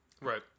Right